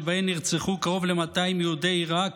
שבהן נרצחו קרוב ל-200 יהודי עיראק,